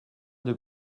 des